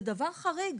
זה דבר חריג.